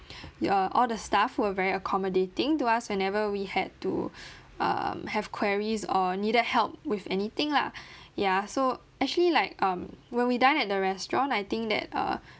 your all the staff were very accommodating to us whenever we had to um have queries or needed help with anything lah ya so actually like um when we dine at the restaurant I think that uh